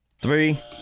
Three